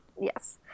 Yes